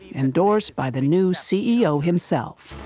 endorsed by the new ceo himself.